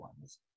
ones